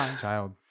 child